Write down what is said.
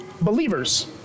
believers